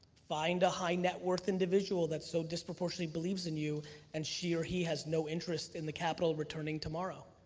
find a high net worth individual that so disproportionately believes in you and she or he has no interest in the capital returning tomorrow.